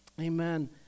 Amen